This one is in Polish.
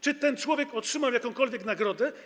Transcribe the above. Czy ten człowiek otrzymał jakąkolwiek nagrodę.